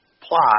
plot